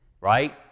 Right